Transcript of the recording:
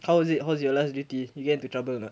how is it how was your last duty you get into trouble or not